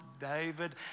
David